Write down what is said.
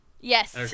Yes